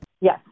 Yes